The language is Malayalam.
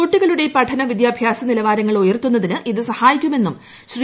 കുട്ടികളുടെ പഠന വിദ്യാഭ്യാസ നിലവാരങ്ങൾ ഉയർത്തുന്നതിന് സഹായിക്കുമെന്നും ശ്രീ